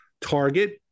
Target